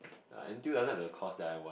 I until the course that I want